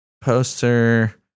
poster